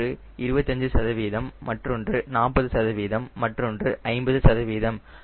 ஒன்று 25 சதவீதம் மற்றொன்று 40 சதவீதம் மற்றொன்று 50 சதவீதம்